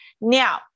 Now